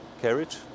carriage